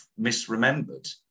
misremembered